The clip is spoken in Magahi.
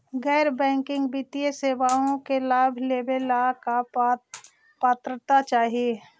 गैर बैंकिंग वित्तीय सेवाओं के लाभ लेवेला का पात्रता चाही?